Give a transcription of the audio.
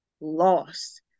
lost